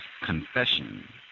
confession